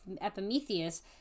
epimetheus